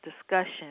discussion